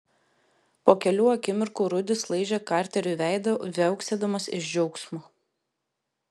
po kelių akimirkų rudis laižė karteriui veidą viauksėdamas iš džiaugsmo